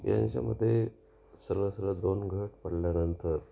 यांच्यामध्ये सर्व सर्व दोन गट पडल्यानंतर